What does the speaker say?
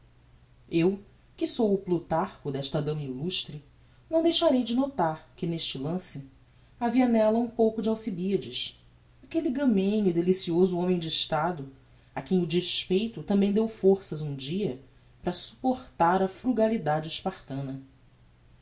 eu que sou o plutarcho desta dama illustre não deixarei de notar que neste lance havia nella um pouco de alcibiades aquelle gamenho e delicioso homem de estado a quem o despeito tambem deu forças um dia para supportar a frugalidade spartana